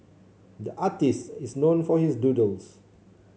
the artist is known for his doodles